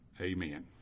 Amen